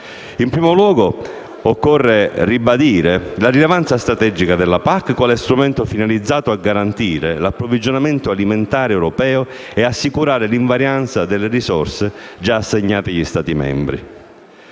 in primo luogo ribadire, in sede europea, la rilevanza strategica della PAC quale strumento finalizzato a garantire l'approvvigionamento alimentare europeo e assicurare l'invarianza delle risorse già assegnate agli Stati membri.